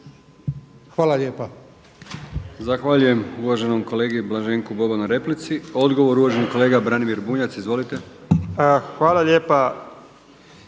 Hvala lijepa.